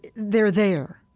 they're there,